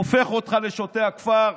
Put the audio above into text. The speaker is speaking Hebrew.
הופך אותך לשוטה הכפר.